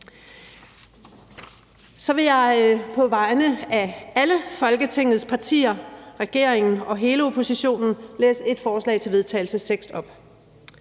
Så vil jeg på vegne af alle Folketingets partier, regeringen og hele oppositionen, læse et forslag til vedtagelse op: